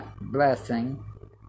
blessing